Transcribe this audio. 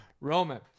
Roman